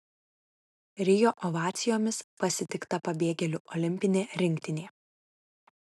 rio ovacijomis pasitikta pabėgėlių olimpinė rinktinė